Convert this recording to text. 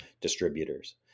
distributors